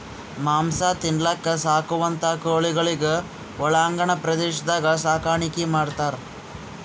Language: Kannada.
ಮಾಂಸ ತಿನಲಕ್ಕ್ ಸಾಕುವಂಥಾ ಕೋಳಿಗೊಳಿಗ್ ಒಳಾಂಗಣ ಪ್ರದೇಶದಾಗ್ ಸಾಕಾಣಿಕೆ ಮಾಡ್ತಾರ್